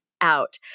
out